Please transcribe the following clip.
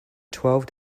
twelve